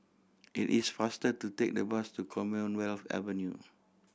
it is faster to take the bus to Commonwealth Avenue